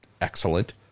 excellent